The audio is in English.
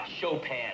Chopin